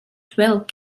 twelve